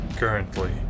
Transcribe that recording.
Currently